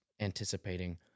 anticipating